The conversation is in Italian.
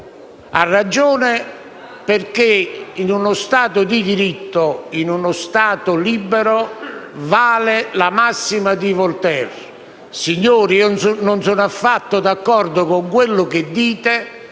ha ragione, perché in uno Stato di diritto, in uno Stato libero, vale la massima di Voltaire: «Signori, non sono affatto d'accordo con quello che dite,